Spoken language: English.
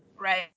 Right